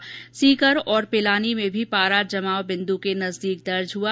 इसके अलावा सीकर और पिलानी में भी पारा जमाव बिन्दु के नजदीक दर्ज हआ